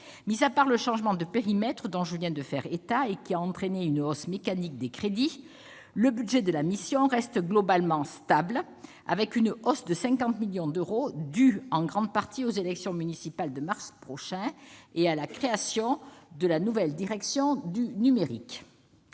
Mis à part le changement de périmètre, dont je viens de faire état et qui a entraîné une hausse mécanique des crédits, le budget de la mission reste globalement stable, avec une hausse de 50 millions d'euros, en grande partie due aux élections municipales du mois de mars prochain et à la création de la nouvelle direction du numérique.